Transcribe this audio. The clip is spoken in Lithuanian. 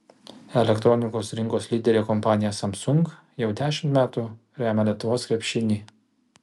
elektronikos rinkos lyderė kompanija samsung jau dešimt metų remia lietuvos krepšinį